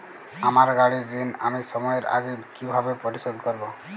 আমার গাড়ির ঋণ আমি সময়ের আগে কিভাবে পরিশোধ করবো?